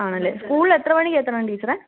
ആണല്ലേ സ്കൂളിൽ എത്ര മണിക്ക് എത്തണം ടീച്ചറേ